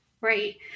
Right